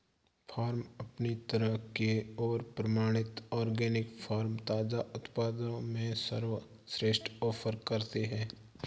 farm अपनी तरह के और प्रमाणित ऑर्गेनिक फ़ार्म ताज़ा उत्पादों में सर्वश्रेष्ठ ऑफ़र करते है